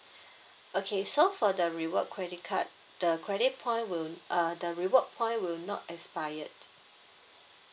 okay so for the reward credit card the credit point will uh the reward point will not expired